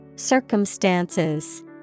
Circumstances